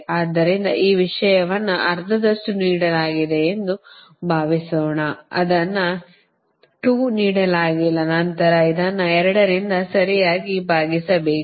ಆದ್ದರಿಂದ ಈ ವಿಷಯವನ್ನು ಅರ್ಧದಷ್ಟು ನೀಡಲಾಗಿದೆ ಎಂದು ಭಾವಿಸೋಣ ಅದನ್ನು 2 ನೀಡಲಾಗಿಲ್ಲ ನಂತರ ಅದನ್ನು 2 ರಿಂದ ಸರಿಯಾಗಿ ಭಾಗಿಸಬೇಕು